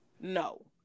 No